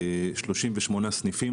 38 סניפים,